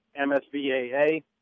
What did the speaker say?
MSVAA